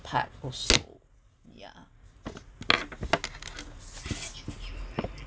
part also yeah